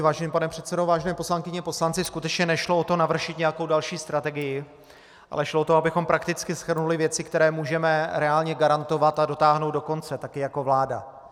Vážený pane předsedo, vážené poslankyně, poslanci, skutečně nešlo o to navršit nějakou další strategii, ale šlo o to, abychom prakticky shrnuli věci, které můžeme reálně garantovat a dotáhnout do konce taky jako vláda.